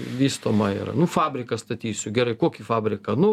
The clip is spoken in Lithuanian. vystoma yra nu fabriką statysiu gerai kokį fabriką